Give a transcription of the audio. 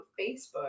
facebook